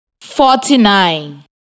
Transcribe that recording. forty-nine